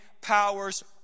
powers